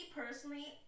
personally